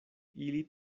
ili